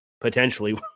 potentially